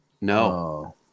No